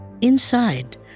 Inside